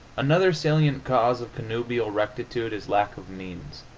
another salient cause of connubial rectitude is lack of means.